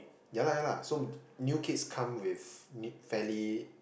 yeah lah yeah lah so new kids come with ne~ fairly